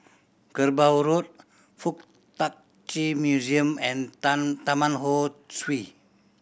Kerbau Road Fuk Tak Chi Museum and Tan Taman Ho Swee